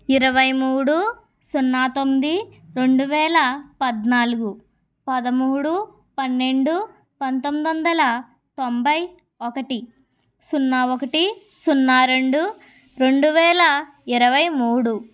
ఇరవై మూడు సున్నా తొమ్మిది రెండు వేల పద్నాలుగు పదమూడు పన్నెండు పంతొమ్మిది వందల ఒకటి సున్నా ఒకటి సున్నా రెండు రెండు వేల ఇరవై మూడు